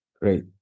great